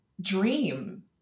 dream